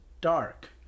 dark